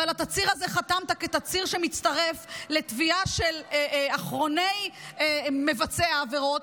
ועל התצהיר הזה חתמת כתצהיר שמצטרף לתביעה של אחרוני מבצעי העבירות,